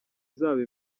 izaba